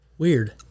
Weird